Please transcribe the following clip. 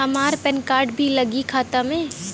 हमार PAN card भी लगी खाता में?